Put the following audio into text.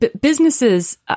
businesses